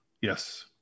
Yes